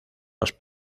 los